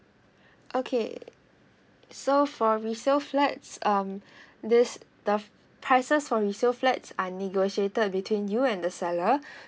okay so for resale flats um this the prices for resale flats are negotiated between you and the seller